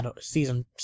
season